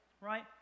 right